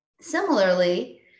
Similarly